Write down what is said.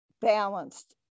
balanced